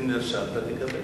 אם נרשמת, תקבל.